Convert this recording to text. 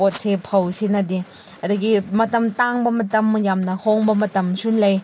ꯄꯣꯠꯁꯦ ꯐꯧꯁꯤꯅꯗꯤ ꯑꯗꯒꯤ ꯃꯇꯝ ꯇꯥꯡꯕ ꯃꯇꯝ ꯌꯥꯝꯅ ꯍꯣꯡꯕ ꯃꯇꯝꯁꯨ ꯂꯩ